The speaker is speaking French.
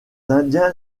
indiens